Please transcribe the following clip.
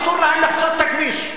אסור להם לחצות את הכביש.